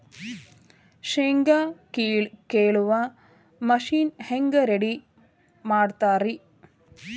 ಶೇಂಗಾ ಕೇಳುವ ಮಿಷನ್ ಹೆಂಗ್ ರೆಡಿ ಮಾಡತಾರ ರಿ?